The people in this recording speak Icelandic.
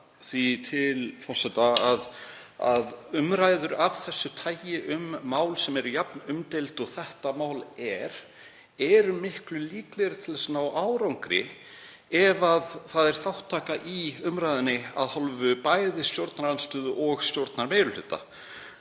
forseta að umræður af þessu tagi, um mál sem eru jafn umdeild og þetta mál er, eru miklu líklegri til að ná árangri ef það er þátttaka í umræðunni af hálfu bæði stjórnarandstöðu og stjórnarmeirihluta.